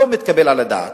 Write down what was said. לא מתקבל על הדעת.